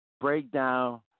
breakdown